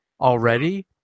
already